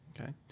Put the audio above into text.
Okay